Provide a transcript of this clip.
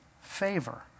Favor